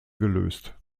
gelöst